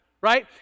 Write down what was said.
right